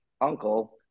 uncle